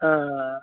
ಹಾಂ